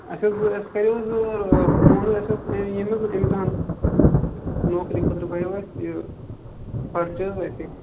اَسہِ حظ اَسہِ کَریو فون حظ اَسہِ اوس ییٚمہِ حظ اِمتِحان نوکری خٲطرٕ بَریو اَسہِ یہِ پَرچہٕ حظ اتہِ